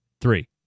three